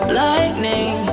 lightning